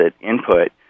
input